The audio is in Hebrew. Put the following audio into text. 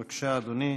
בבקשה, אדוני.